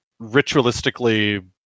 ritualistically